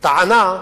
טענה,